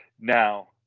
Now